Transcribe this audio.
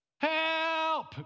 Help